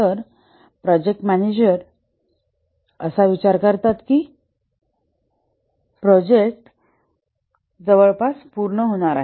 तर project manager असा विचार करतात की प्रोजेक्ट जवळपास पूर्ण होणार आहे